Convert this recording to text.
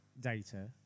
data